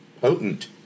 potent